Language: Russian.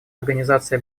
организации